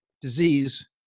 disease